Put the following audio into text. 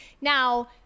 now